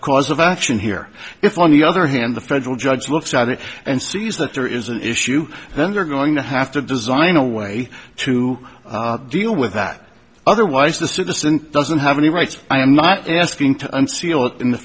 no cause of action here if on the other hand the federal judge looks at it and sees that there is an issue then they're going to have to design a way to deal with that otherwise the citizen doesn't have any rights i am not asking to